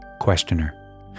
Questioner